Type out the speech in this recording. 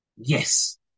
Yes